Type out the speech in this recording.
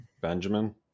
Benjamin